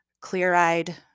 clear-eyed